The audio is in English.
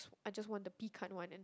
I just want the pecan one and